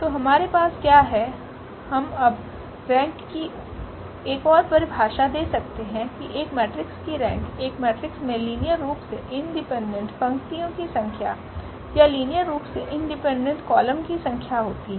तो हमारे पास क्या है हम अब रेंक की एक और परिभाषा दे सकते हैं की एक मेट्रिक्स की रेंक एक मेट्रिक्स मे लिनियर रूप से इंडिपेंडेंट पंक्तियों की संख्या या लीनियर रूप से इंडिपेंडेंट कॉलम की संख्या होती है